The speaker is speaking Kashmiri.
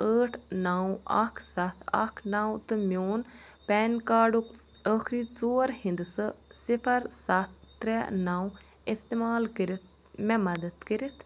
ٲٹھ نو اکھ سَتھ اکھ نو تہٕ میون پین کارڈُک ٲخری ژور ہِندسہٕ صِفر سَتھ ترے نو استعمال کٔرِتھ مےٚ مدد کٔرِتھ